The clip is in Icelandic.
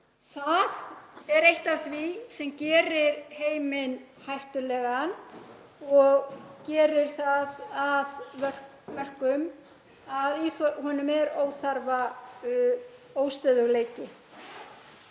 Það er eitt af því sem gerir heiminn hættulegan og gerir það að verkum að í honum er óþarfa óstöðugleiki.